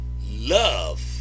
love